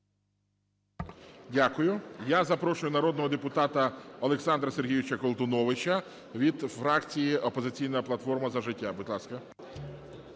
Дякую. Я запрошую народного депутата Олександра Сергійовича Колтуновича від фракції "Опозиційна платформа – За життя". Будь ласка.